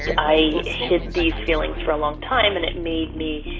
i hid these feelings for a long time, and it made me